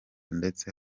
ndetse